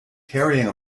carrying